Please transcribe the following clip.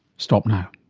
stop now.